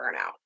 burnout